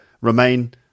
remain